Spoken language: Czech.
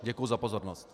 Děkuji za pozornost.